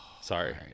Sorry